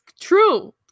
true